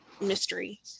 mystery